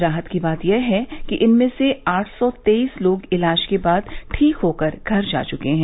राहत की बात यह है कि इनमें से आठ सौ तेईस लोग इलाज के बाद ठीक होकर घर जा चुके हैं